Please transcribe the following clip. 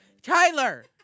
Tyler